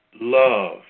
love